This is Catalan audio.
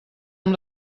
amb